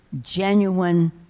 genuine